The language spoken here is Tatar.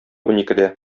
уникедә